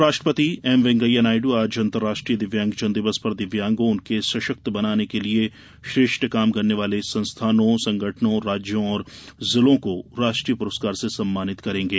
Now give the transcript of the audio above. उपराष्ट्रपति एम वेंकैया नायडू आज अंतर्राष्ट्रीय दिव्यांगजन दिवस पर दिव्यांगों उनको सशक्त बनाने के लिए श्रेष्ठ काम करने वाले संस्थानों संगठनों राज्यों और जिलों को राष्ट्रीय पुरस्कार से सम्मानित करेंगे